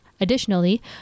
Additionally